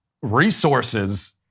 resources